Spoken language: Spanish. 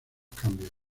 cambios